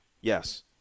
Yes